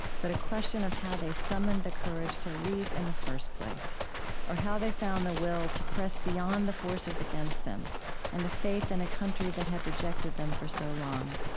but a question of how they summoned the courage to leave in the first place or how they found the will to press beyond the forces against them and the faith in a country that had rejected them for so long.